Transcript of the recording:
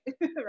Right